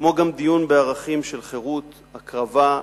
כמו גם דיון בערכים של חירות, הקרבה,